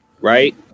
Right